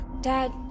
dad